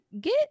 get